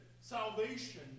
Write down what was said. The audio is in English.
salvation